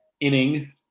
inning